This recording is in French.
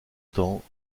temps